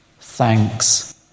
thanks